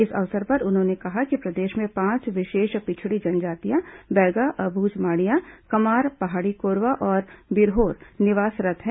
इस अवसर पर उन्होंने कहा कि प्रदेश में पांच विशेष पिछड़ी जनजातियां बैगा अबूझमाड़िया कमार पहाड़ी कोरवा और बिरहोर निवासरत् है